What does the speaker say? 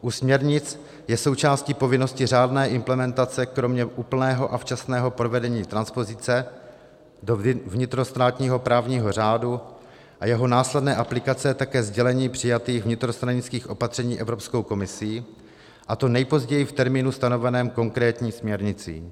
U směrnic je součástí povinnosti řádné implementace kromě úplného a včasného provedení transpozice do vnitrostátního právního řádu a jeho následné aplikace také sdělení přijatých vnitrostranických opatření Evropskou komisí, a to nejpozději v termínu stanoveném konkrétní směrnicí.